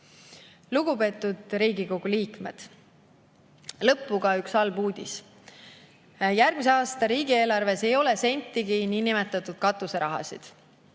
Lugupeetud Riigikogu liikmed! Lõppu ka üks halb uudis. Järgmise aasta riigieelarves ei ole sentigi niinimetatud katuseraha.